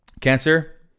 cancer